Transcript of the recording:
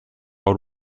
haur